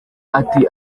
ati